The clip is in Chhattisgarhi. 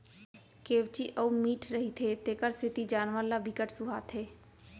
केंवची अउ मीठ रहिथे तेखर सेती जानवर ल बिकट सुहाथे